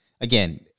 again